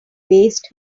waste